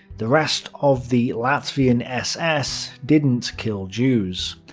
the rest of the latvian ss didn't kill jews.